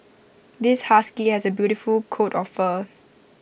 this husky has A beautiful coat of fur